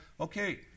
okay